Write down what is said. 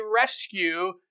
rescue